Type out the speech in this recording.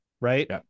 right